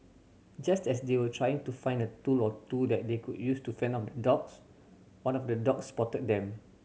just as they were trying to find a tool or two that they could use to fend off the dogs one of the dogs spotted them